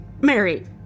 Mary